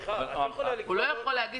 את לא יכולה להפסיק אותו באמצע, סליחה.